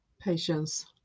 Patience